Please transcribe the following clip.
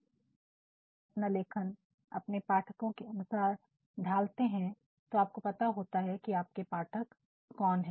जब आप अपना लेखन अपने पाठकों के अनुसार ढालते हैं तो आपको पता होता है कि आपके पाठक कौन हैं